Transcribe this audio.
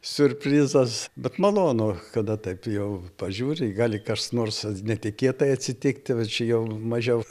siurprizas bet malonu kada taip jau pažiūri gali kas nors netikėtai atsitikti va čia jau mažiau